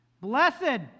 Blessed